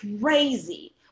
crazy